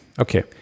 Okay